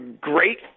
great